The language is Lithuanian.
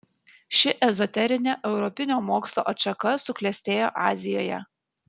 ši ezoterinė europinio mokslo atšaka suklestėjo azijoje